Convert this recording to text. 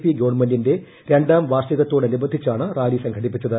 P ഗവൺമെന്റിന്റെ രണ്ടാം വാർഷികത്തോടനുബന്ധിച്ചാണ് റാലി സംഘടിപ്പിച്ചത്